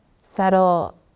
Settle